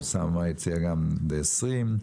אוסאמה הציע גם ל-20.